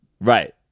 Right